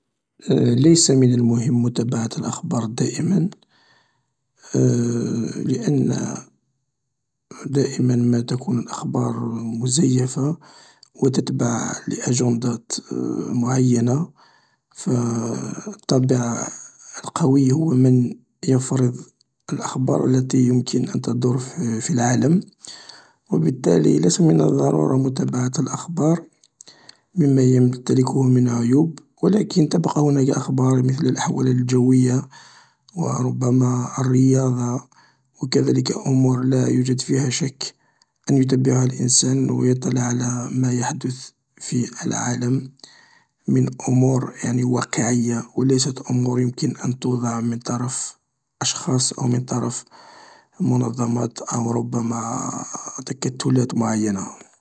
ليس من المهم متابعة الأخبار دائما لأن دائما ما تكون الأخبار مزيفة و تتبع لأجندات معينة فالطبيعة القوية و من يفرض الأخبار التي يمكن أن تدور في العالم و بالتالي ليس من الضرورة متابعة الأخبار لما يمتلكه من عيوب و لكن تبقى هناك أخبار مثل الأحوال الجوية و ربما الرياضة و كذلك أمور لا يوجد فيها شك أن يتابعها الانسان و يطلع على ما يحدث في العالم من امور واقعية و ليست أموريعني يمكن أن توضع من طرف أشخاص أو من طرف منظمات أو ربما تكتلات معينة.